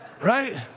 right